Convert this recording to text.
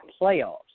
playoffs